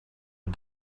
but